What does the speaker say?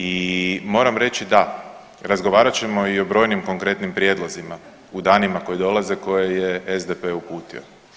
I moram reći da, razgovarat ćemo i o brojnim konkretnim prijedlozima u danima koji dolaze koje je SDP uputio.